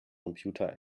computer